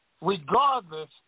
regardless